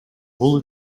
бул